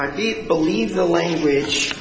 i believe the language